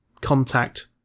contact